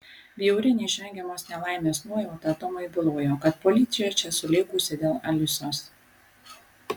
bjauri neišvengiamos nelaimės nuojauta tomui bylojo kad policija čia sulėkusi dėl alisos